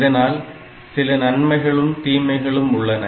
இதனால் சில நன்மைகளும் தீமைகளும் உள்ளன